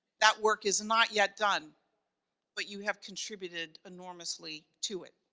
that work is not yet done but you have contributed enormously to it.